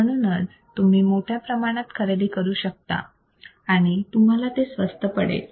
म्हणूनच तुम्ही मोठ्या प्रमाणात खरेदी करू शकता आणि तुम्हाला ते स्वस्त पडेल